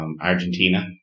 Argentina